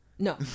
No